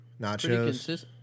Nachos